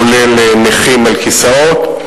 כולל נכים על כיסאות.